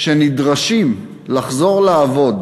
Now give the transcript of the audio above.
שנדרשים לחזור לעבוד